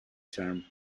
term